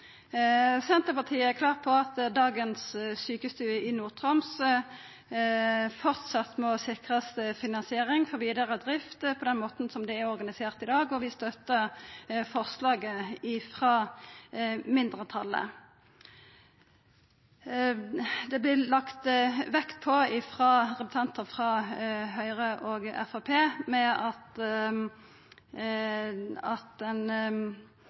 Senterpartiet er klare på at dagens sjukestuer i Nord-Troms framleis må sikrast finansiering for vidare drift på den måten det er organisert i dag, og vi støttar forslaget frå mindretalet. Det vert lagt vekt på, av representantar frå Høgre og Framstegspartiet, at ein